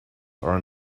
are